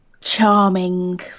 Charming